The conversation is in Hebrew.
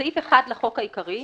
בסעיף 1 לחוק העיקרי,